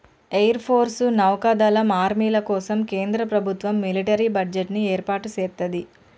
air force, నౌకా దళం, ఆర్మీల కోసం కేంద్ర ప్రభుత్వం మిలిటరీ బడ్జెట్ ని ఏర్పాటు సేత్తది